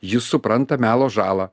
jis supranta melo žalą